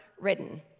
Written